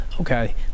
Okay